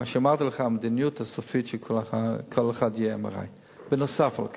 אמרתי לך שהמדיניות הסופית היא שלכל אחד יהיה MRI. בנוסף על כך,